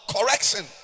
correction